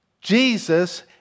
Jesus